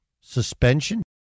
suspension